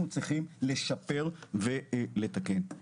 אנחנו צריכים לשפר ולתקן.